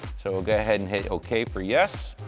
so we'll go ahead and hit okay for yes.